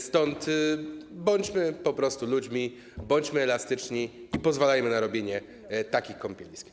Stąd bądźmy po prostu ludźmi, bądźmy elastyczni i pozwalajmy na robienie takich kąpielisk.